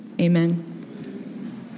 Amen